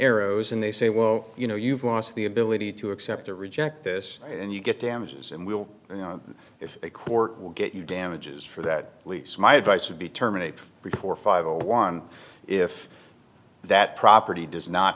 arrows and they say well you know you've lost the ability to accept or reject this and you get damages and we'll you know if a court will get you damages for that lease my advice would be terminated before five zero one if that property does not